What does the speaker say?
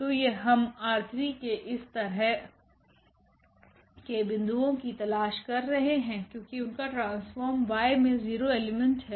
तो हम ℝ3 के इस तरह के बिंदुओं की तलाश कर रहे हैक्योंकि उनका ट्रांसफोर्म y में 0 एलिमेंट है